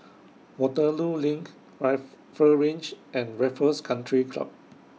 Waterloo LINK Rifle Range and Raffles Country Club